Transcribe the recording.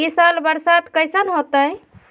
ई साल बरसात कैसन होतय?